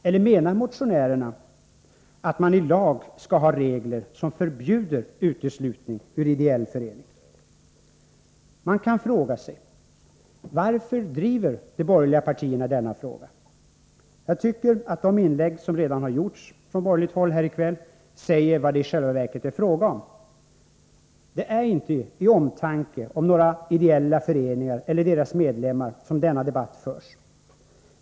Eller menar motionärerna att man ilag skall ha regler som förbjuder uteslutning ur ideell förening? Man kan fråga sig: Varför driver de borgerliga partierna denna fråga? Jag tycker att de inlägg som redan har gjorts från borgerligt håll här i kväll säger vad det i själva verket är fråga om. Det är inte av omtanke om ideella föreningar eller deras medlemmar som denna debatt förs.